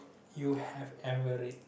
you have ever read